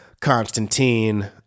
Constantine